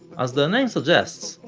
as their name suggests,